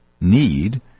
need